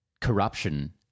corruption